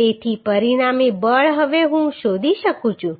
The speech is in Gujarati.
તેથી પરિણામી બળ હવે હું શોધી શકું છું